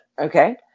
Okay